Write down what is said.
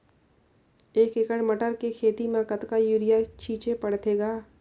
एक एकड़ मटर के खेती म कतका युरिया छीचे पढ़थे ग?